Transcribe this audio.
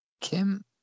Kim